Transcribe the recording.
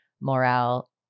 morale